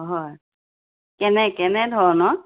হয় কেনে কেনে ধৰণৰ